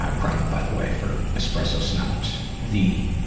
ah crema, by the way, for espresso snobs, the,